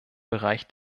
bereich